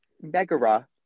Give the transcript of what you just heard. Megara